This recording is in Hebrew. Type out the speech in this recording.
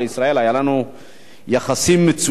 היו אתה יחסים מצוינים,